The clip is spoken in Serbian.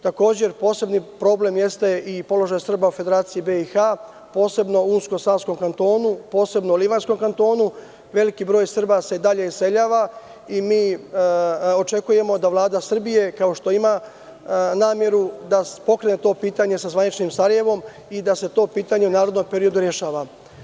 Takođe poseban problem jeste i položaj Srba u Federaciji BiH, posebno u Uvsko-Savskom kantonu, posebno u Livanskom kantonuveliki broj Srba se i dalje iseljava i mi očekujemo da Vlada Srbije, kao što ima nameru da pokrene to pitanje sa zvaničnim Sarajevom i da se to pitanje u narednom periodu rešava.